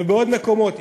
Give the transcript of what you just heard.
ובעוד מקומות,